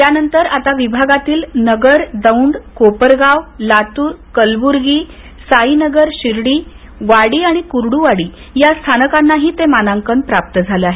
त्यानंतर आता विभागातील नगर दौंड कोपरगाव लातूर कलबुर्गी साईनगर शिर्डी वाडी आणि कुर्ड्रवाडी या स्थानकांनाही ते मानांकन प्राप्त झालं आहे